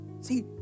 See